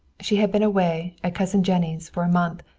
she had been away, at cousin jennie's, for a month,